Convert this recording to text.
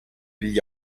gli